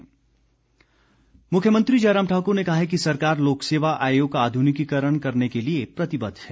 मुख्यमंत्री मुख्यमंत्री जयराम ठाकुर ने कहा है कि सरकार लोकसेवा आयोग का आधुनिकीकरण करने के लिए प्रतिबद्ध है